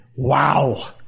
Wow